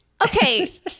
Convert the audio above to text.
Okay